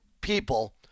people